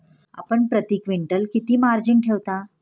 आपण प्रती क्विंटल किती मार्जिन ठेवता?